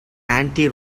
anti